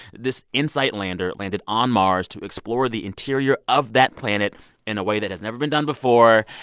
this insight lander landed on mars to explore the interior of that planet in a way that has never been done before.